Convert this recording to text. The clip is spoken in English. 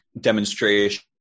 demonstration